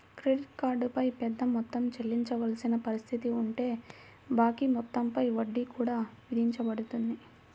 credit card పై పెద్ద మొత్తం చెల్లించవలసిన పరిస్థితి ఉంటే బాకీ మొత్తం పై వడ్డీ కూడా విధించబడుతుంది